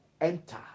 enter